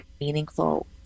meaningful